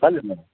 चालेल ना